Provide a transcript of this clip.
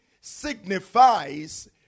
signifies